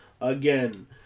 again